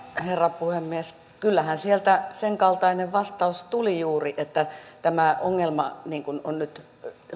herra puhemies kyllähän sieltä sen kaltainen vastaus tuli juuri että tämä ongelma on nyt